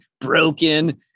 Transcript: broken